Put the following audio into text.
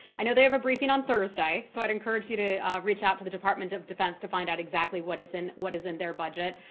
i know they have a briefing on thursday, so i'd encourage you to reach out to the department of defense to find out exactly what is and what is it their budget.